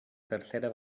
tercera